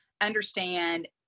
understand